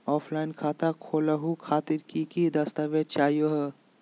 Offline खाता खोलहु खातिर की की दस्तावेज चाहीयो हो?